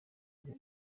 rwe